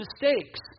mistakes